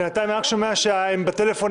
בינתיים אני רק שומע שהם בטלפון,